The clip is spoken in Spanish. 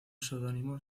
seudónimo